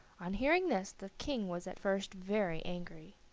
on hearing this the king was at first very angry,